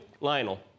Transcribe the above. Lionel